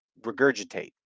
regurgitate